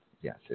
Yes